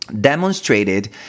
demonstrated